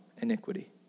iniquity